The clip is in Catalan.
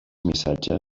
missatges